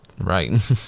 right